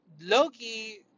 Loki